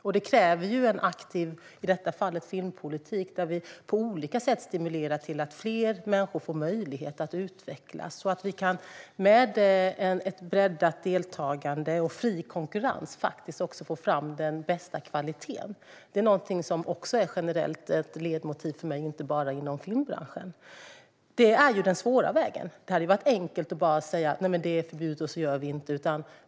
Detta kräver, i det här fallet, en aktiv filmpolitik där vi på olika sätt stimulerar till att fler människor får möjlighet att utvecklas och att vi, med ett breddat deltagande och fri konkurrens, kan få fram den bästa kvaliteten. Detta är ett generellt ledmotiv för mig, inte bara inom filmbranschen. Det är den svåra vägen. Det hade varit enkelt att bara säga: Det är förbjudet, och så gör vi inte.